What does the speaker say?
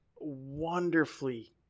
wonderfully